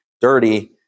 dirty